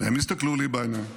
והן הסתכלו לי בעיניים,